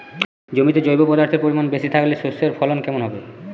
জমিতে জৈব পদার্থের পরিমাণ বেশি থাকলে শস্যর ফলন কেমন হবে?